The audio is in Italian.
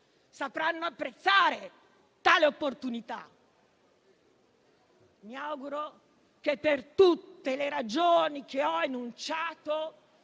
sapranno apprezzare tale opportunità. Mi auguro che, per tutte le ragioni che ho enunciato,